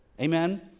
Amen